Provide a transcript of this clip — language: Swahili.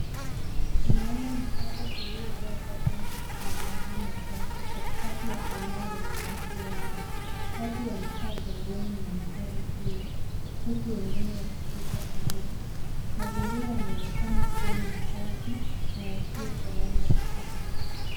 Tunaona mtaro uliojaa taka na maji machafu katikati ya eneo lenye watu wengi. Watu wamekaa pembeni mwa mtaro huo, huku wengine wakipita karibu. Mazingira yanaonekana kuwa machafu na yasiyo salama kiafya.